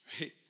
right